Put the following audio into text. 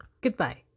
Goodbye